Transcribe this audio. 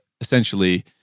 essentially